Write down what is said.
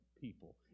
people